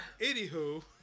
Anywho